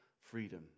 freedom